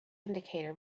indicator